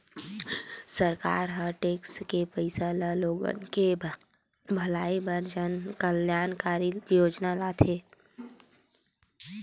सरकार ह टेक्स के पइसा ल लोगन के भलई बर जनकल्यानकारी योजना लाथे